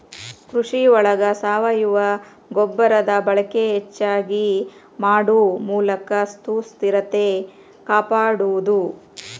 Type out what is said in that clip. ಕೃಷಿ ಒಳಗ ಸಾವಯುವ ಗೊಬ್ಬರದ ಬಳಕೆ ಹೆಚಗಿ ಮಾಡು ಮೂಲಕ ಸುಸ್ಥಿರತೆ ಕಾಪಾಡುದು